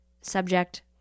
Subject